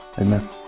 Amen